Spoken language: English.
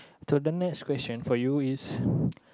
so the next question for you is